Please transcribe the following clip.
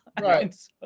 Right